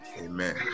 Amen